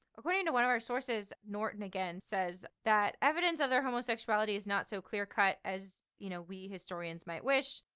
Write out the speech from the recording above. according to one of our sources norton again says that evidence of their homosexuality is not so clear cut. as you know, we historians might wish.